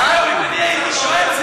יואל, אם אני הייתי שם,